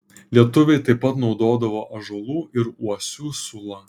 lietuviai taip pat naudodavo ąžuolų ir uosių sulą